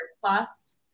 plus